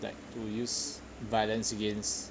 like to use violence against